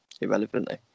irrelevantly